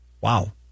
wow